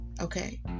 Okay